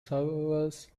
survivors